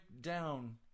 down